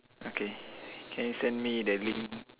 okay can you send me the link